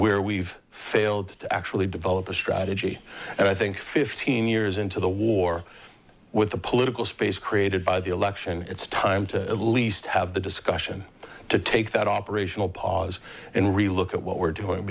where we've failed to actually develop a strategy and i think fifteen years into the war with the political space created by the election it's time to least have the discussion to take that operational pause and really look at what we're doing